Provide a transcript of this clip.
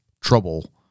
trouble